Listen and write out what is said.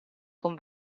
con